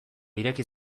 ireki